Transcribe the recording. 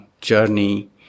journey